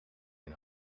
een